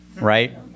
right